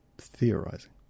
theorizing